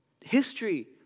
History